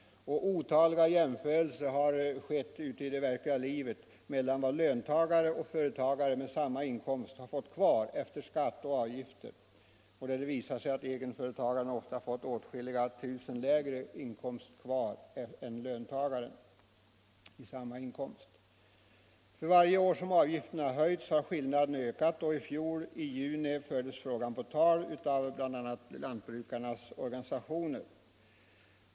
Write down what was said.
De jämförelser som gjorts mellan vad löntagare och företagare med samma inkomst har fått kvar efter skatt och avgifter har visat att egenföretagaren ofta har åtskilliga tusen kronor lägre inkomst kvar än löntagaren. För varje år som avgifterna höjts har skillnaden ökat, och redan i juni i fjol fördes frågan på tal av bl.a. lantbrukarnas organisationer.